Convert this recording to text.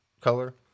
color